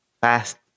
fast